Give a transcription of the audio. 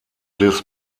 des